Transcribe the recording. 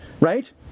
right